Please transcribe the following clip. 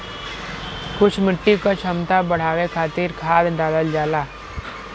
कुछ मिट्टी क क्षमता बढ़ावे खातिर खाद डालल जाला